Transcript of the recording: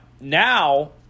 now